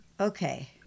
Okay